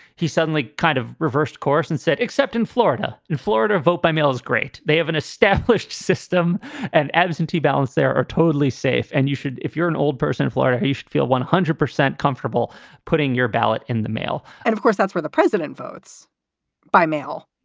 he suddenly kind of reversed course and said, except in florida, in florida, vote by mail is great. they have an established system and absentee ballots that are totally safe. and you should if you're an old person, florida, you should feel one hundred percent comfortable putting your ballot in the mail and of course, that's where the president votes by mail,